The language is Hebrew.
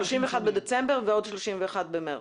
31 בדצמבר ועוד 31 במרס.